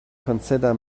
consider